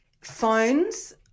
phones